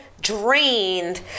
drained